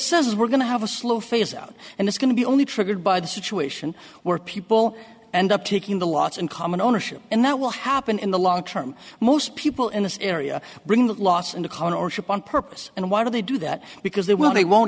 is we're going to have a slow phase out and it's going to be only triggered by the situation where people end up taking the lots in common ownership and that will happen in the long term most people in this area bring that loss in the car or ship on purpose and why do they do that because they will they won't